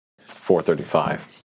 435